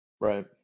right